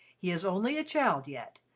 he is only a child yet,